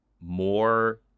more